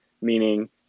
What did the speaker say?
meaning